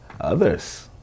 Others